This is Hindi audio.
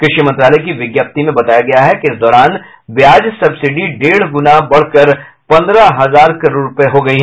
कृषि मंत्रालय की विज्ञप्ति में बताया गया है कि इस दौरान ब्याज सब्सिडी डेढ गूनी बढ़कर पंद्रह हजार करोड़ रूपये हो गयी